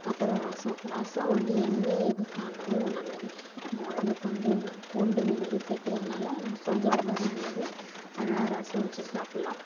அப்புறம் ரசம் ரசம் வந்து என்ன எதுக்காகருந்தாலுமே நல்லது நம்ப உடம்புக்கு வந்து பூண்டு மிளகு சேர்த்துக்கிறதுனால ரசம் வந்து ரொம்பவே நல்லது அதனால ரசம் வச்சு சாப்பிட்லாம்